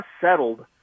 settled